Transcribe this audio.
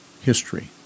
history